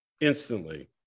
instantly